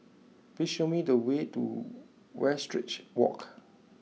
please show me the way to Westridge Walk